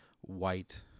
white